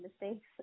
mistakes